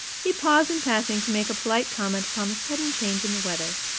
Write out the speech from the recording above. he paused in passing to make a polite comment upon the sudden change in the weather,